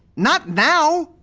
not now!